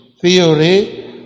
theory